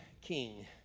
king